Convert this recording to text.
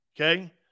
Okay